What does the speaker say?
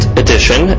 edition